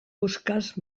puskaz